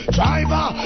Driver